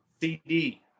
CD